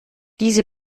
diese